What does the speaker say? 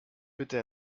bitte